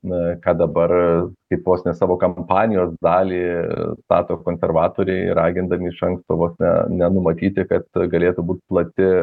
na ką dabar kaip vos ne savo kampanijos dalį stato konservatoriai ragindami iš anksto vos ne numatyti kad galėtų būti plati